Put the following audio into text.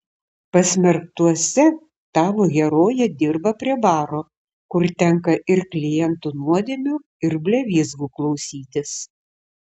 pasmerktuose tavo herojė dirba prie baro kur tenka ir klientų nuodėmių ir blevyzgų klausytis